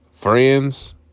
Friends